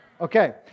Okay